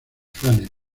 fanes